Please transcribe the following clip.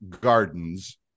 Gardens